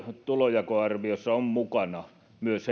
tulonjakoarviossa on mukana myös